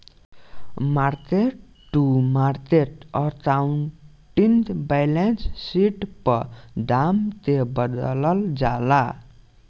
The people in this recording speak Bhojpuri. market to market accounting balance sheet पर दाम के बदलल जाला